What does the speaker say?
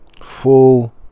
Full